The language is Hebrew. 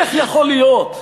איך יכול להיות?